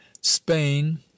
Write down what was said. spain